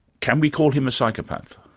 can we call him a psychopath?